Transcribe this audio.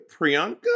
Priyanka